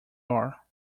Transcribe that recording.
are